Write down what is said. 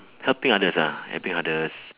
helping others ah helping others